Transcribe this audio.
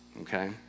okay